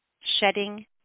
shedding